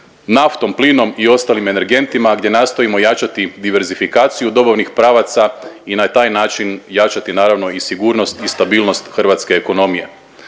naftom, plinom i ostalim energentima gdje nastojimo jačati diverzifikaciju dobavnih pravaca i na taj način jačati naravno i sigurnost i stabilnost hrvatske ekonomije.